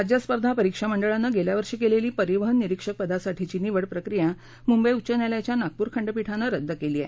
राज्य स्पर्धा परीक्षा मंडळानं गेल्या वर्षी केलेली परिवहन निरीक्षकपदासाठीची निवड प्रक्रिया मुंबई उच्च न्यायालयाच्या नागपूर खंडपीठाने रद्द केली आहे